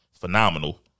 phenomenal